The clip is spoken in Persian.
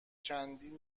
چندین